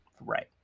right